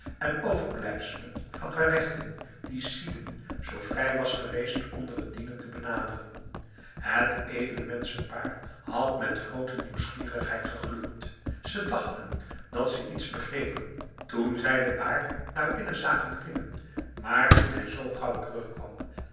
en overblijfselen van gerechten die sidin zoo vrij was geweest onder het dienen te benaderen het edele menschenpaar had met groote nieuwsgierigheid gegluurd ze dachten dat ze iets begrepen toen zij den baar naar binnen zagen klimmen maar toen hij zoo gauw terugkwam